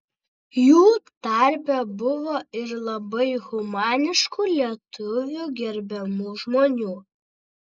jų tarpe buvo ir labai humaniškų lietuvių gerbiamų žmonių